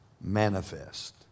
manifest